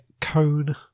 cone